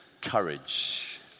courage